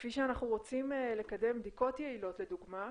כפי שאנחנו רוצים לקדם בדיקות יעילות, לדוגמה,